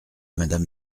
madame